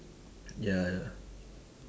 ya ya